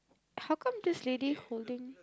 how come this lady holding